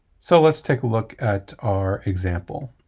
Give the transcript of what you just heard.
so, let's take a look at our example.